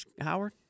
Howard